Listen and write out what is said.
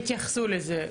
יתייחסו לזה.